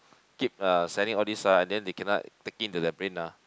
keep uh selling all these ah and then they cannot take in to their brain ah